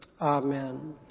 Amen